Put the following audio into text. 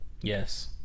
Yes